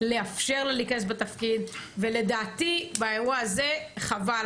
לאפשר לה להיכנס לתפקיד ולדעתי באירוע הזה, חבל.